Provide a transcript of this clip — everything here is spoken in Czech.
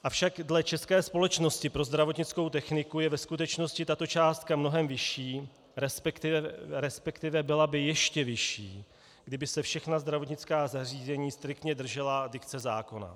Avšak dle České společnosti pro zdravotnickou techniku je ve skutečnosti tato částka mnohem vyšší, resp. byla by ještě vyšší, kdyby se všechna zdravotnická zařízení striktně držela dikce zákona.